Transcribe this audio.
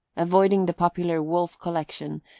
avoiding the popular wolfe collection,